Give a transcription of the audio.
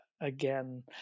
again